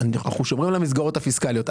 אנחנו שומרים על המסגרות הפיסקליות.